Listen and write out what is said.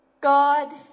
God